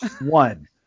One